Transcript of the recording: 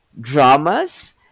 dramas